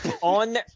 on